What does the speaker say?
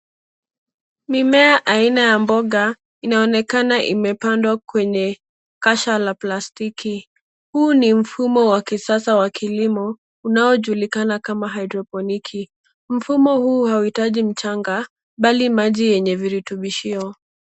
Mimea aina ya mboga inaonekana imepandwa kwenye kasha la plastiki. Huu ni mfumo wa kisasa wa kilimo unaojulikana kama hydrophoniki. Mfumo huu hauitaji udongo mbali maji yenye virutubishio.